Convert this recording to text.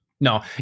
no